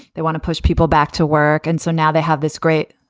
they want to push people back to work. and so now they have this great,